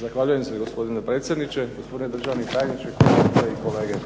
Zahvaljujem se gospodine predsjedniče, gospodine državni tajniče, kolegice i kolege.